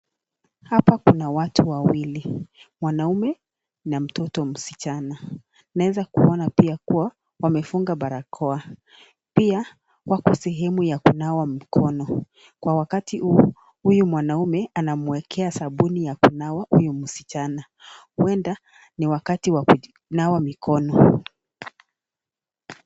Hapa kuna watu wawili, mwanaume na mtoto msichana. Naweza kuona pia kuwa wamefunga barakoa. Pia wako sehemu ya kunawa mikono. Kwa wakati huo, huyu mwanaume anamwekea sabuni ya kunawa huyo msichana. Huenda ni wakati wa kunawa mikono.